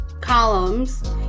columns